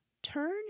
Turn